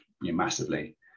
massively